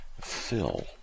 Fill